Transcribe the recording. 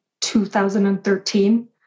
2013